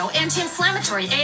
anti-inflammatory